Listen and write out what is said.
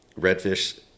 redfish